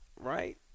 Right